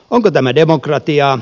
onko tämä demokratiaa